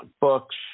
books